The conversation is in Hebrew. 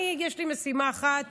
יש לי משימה אחת